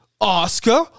Oscar